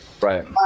Right